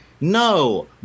no